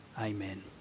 amen